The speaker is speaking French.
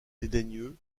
dédaigneux